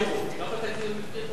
כמה תקציב הם הבטיחו.